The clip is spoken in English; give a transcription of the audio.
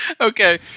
Okay